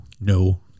No